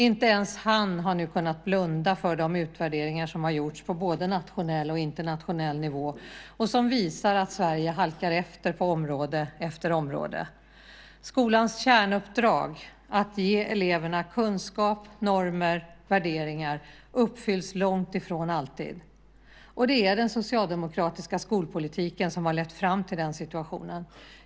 Inte ens han har kunnat blunda för de utvärderingar som gjorts på både nationell och internationell nivå och som visar att Sverige på område efter område halkar efter. Skolans kärnuppdrag, att ge eleverna kunskap, normer och värderingar, uppfylls långt ifrån alltid. Det är den socialdemokratiska skolpolitiken som lett fram till den situationen.